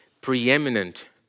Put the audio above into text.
preeminent